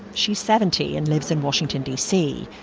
she is seventy, and lives in washington d c.